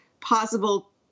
possible